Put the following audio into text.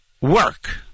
work